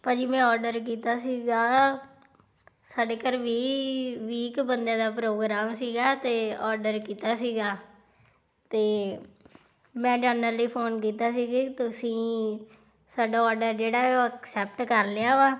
ਭਾਅ ਜੀ ਮੈਂ ਅੋਡਰ ਕੀਤਾ ਸੀਗਾ ਸਾਡੇ ਘਰ ਵੀਹ ਵੀਹ ਕੁ ਬੰਦਿਆਂ ਦਾ ਪ੍ਰੋਗਰਾਮ ਸੀਗਾ ਅਤੇ ਅੋਡਰ ਕੀਤਾ ਸੀਗਾ ਅਤੇ ਮੈਂ ਜਾਣਨ ਲਈ ਫੋਨ ਕੀਤਾ ਸੀ ਕਿ ਤੁਸੀਂ ਸਾਡਾ ਅੋਡਰ ਜਿਹੜਾ ਉਹ ਐਕਸੈਪਟ ਕਰ ਲਿਆ ਵਾ